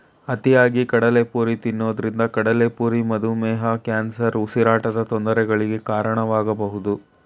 ಅತಿಯಾಗಿ ಕಡಲೆಪುರಿ ತಿನ್ನೋದ್ರಿಂದ ಕಡ್ಲೆಪುರಿ ಮಧುಮೇಹ, ಕ್ಯಾನ್ಸರ್, ಉಸಿರಾಟದ ತೊಂದರೆಗಳಿಗೆ ಕಾರಣವಾಗಬೋದು